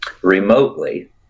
remotely